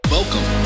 Welcome